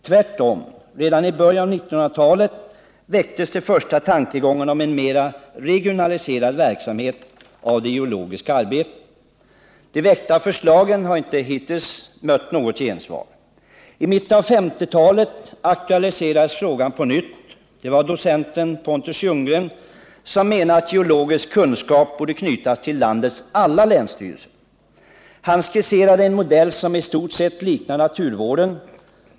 Tvärtom — redan i början av 1900-talet väcktes de första tankegångarna om en mera regionaliserad verksamhet av det geologiska arbetet. De väckta förslagen har inte hittills mött något gensvar. I mitten av 1950-talet aktualiserades frågan på nytt. Det var docenten Pontus Ljunggren som menade att geologisk kunskap borde knytas till landets alla länsstyrelser. Han skisserade en modell som i stort sett liknar naturvården.